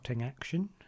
action